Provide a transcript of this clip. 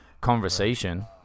conversation